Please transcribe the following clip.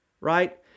right